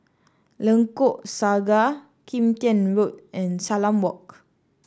Lengkok Saga Kim Tian Road and Salam Walk